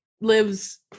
lives